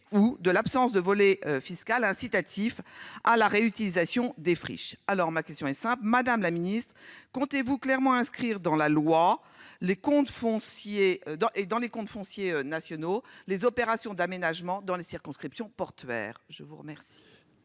ou de l'absence de volet fiscal incitatif à la réutilisation des friches. Alors ma question est simple, Madame la Ministre comptez-vous clairement inscrire dans la loi les comptes foncier dans les dans les comptes foncier nationaux les opérations d'aménagement dans les circonscriptions portuaires. Je vous remercie.